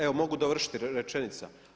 Evo mogu dovršiti rečenicu.